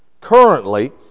currently